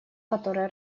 который